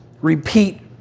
repeat